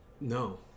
no